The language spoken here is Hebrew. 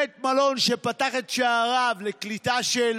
בית מלון שפתח את שעריו לקליטה של